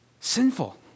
sinful